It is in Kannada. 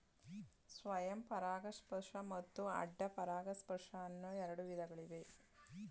ಸ್ವಯಂ ಪರಾಗಸ್ಪರ್ಶ ಮತ್ತು ಅಡ್ಡ ಪರಾಗಸ್ಪರ್ಶ ಅನ್ನೂ ಎರಡು ವಿಧಗಳಿವೆ